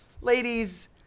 ladies